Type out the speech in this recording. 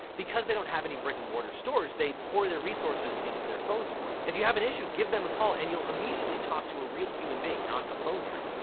because they don't have any brick-and mortar stores, they pour their resources into their phone support. if you have an issue, give them a call and you'll immediately talk to a real human being, not a phone tree.